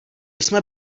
jsme